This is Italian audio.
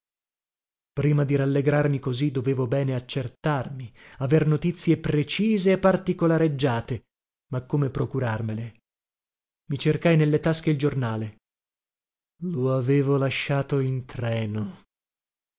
prima di rallegrarmi così dovevo bene accertarmi aver notizie precise e particolareggiate ma come procurarmele i cercai nelle tasche il giornale lo avevo lasciato in treno